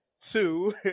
two